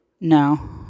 no